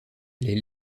les